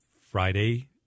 Friday